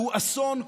שהוא אסון,